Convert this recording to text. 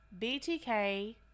BTK